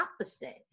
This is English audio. opposite